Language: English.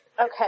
Okay